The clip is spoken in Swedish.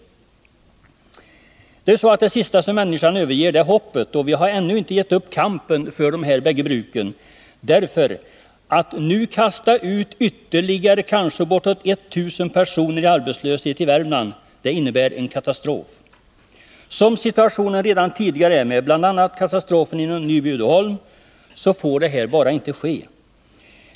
Det sista som människan överger är hoppet, och vi har ännu inte gett upp kampen för de här bruken. Att man nu vill kasta ut ytterligare kanske bortåt tusen personer i arbetslöshet i Värmland innebär en katastrof. Som situationen redan är med bl.a. katastrofen inom Nyby Uddeholm får det här bara inte ske.